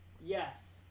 Yes